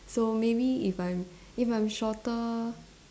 so maybe if I'm if I'm shorter